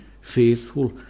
faithful